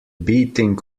beating